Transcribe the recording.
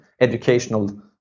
educational